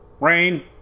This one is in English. Rain